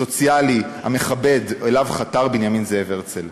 סוציאלי ומכבד, שאליו חתר בנימין זאב הרצל.